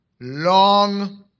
long